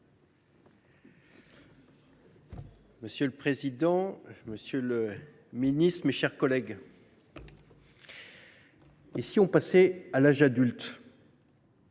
Monsieur le président, monsieur le ministre, mes chers collègues, et si nous passions à l’âge adulte ?